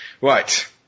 Right